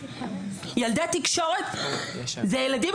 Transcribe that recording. ילדי תקשורת זה ילדים